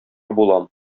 булам